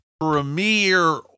premier